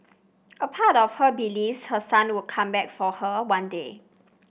a part of her believes her son would come back for her one day